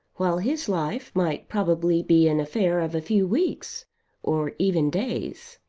while his life might probably be an affair of a few weeks or even days.